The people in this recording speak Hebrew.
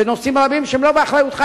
ונושאים רבים שהם לא באחריותך,